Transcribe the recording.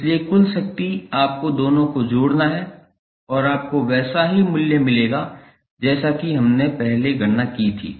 इसलिए कुल शक्ति आपको दोनों को जोड़ना है और आपको वैसा ही मूल्य मिलेगा जैसा कि हमने पहले गणना की थी